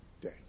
day